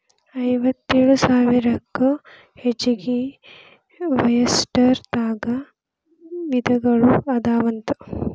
ಐವತ್ತೇಳು ಸಾವಿರಕ್ಕೂ ಹೆಚಗಿ ಒಯಸ್ಟರ್ ದಾಗ ವಿಧಗಳು ಅದಾವಂತ